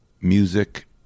music